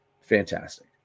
fantastic